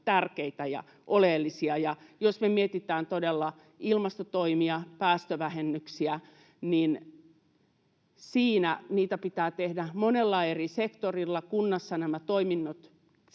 tärkeitä ja oleellisia. Jos me mietitään todella ilmastotoimia ja päästövähennyksiä, niin niitä pitää tehdä monella eri sektorilla, ja kunnissa nämä toiminnot